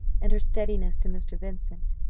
and her steadiness to mr. vincent,